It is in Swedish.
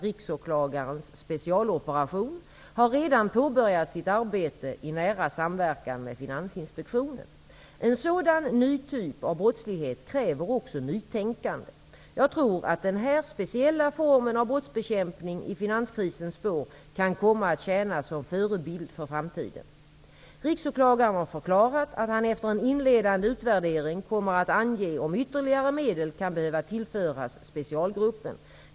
RÅ:s specialoperation -- har redan påbörjat sitt arbete i nära samverkan med Finansinspektionen. En sådan ny typ av brottslighet kräver också nytänkande. Jag tror att den här speciella formen av brottsbekämpning i finanskrisens spår kan komma att tjäna som förebild för framtiden. Riksåklagaren har förklarat att han efter en inledande utvärdering kommer att ange om ytterligare medel kan behöva tillföras specialgruppen.